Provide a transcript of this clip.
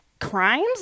crimes